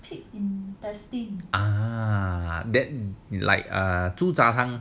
pig's intestine ah then you like err 猪杂汤